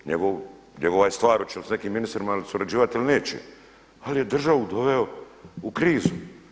Njegova je stvar hoće li sa nekim ministrima surađivati ili neće, ali je državu doveo u krizu.